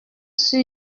sur